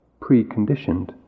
preconditioned